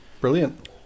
Brilliant